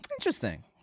Interesting